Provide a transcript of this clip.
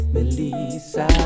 Melissa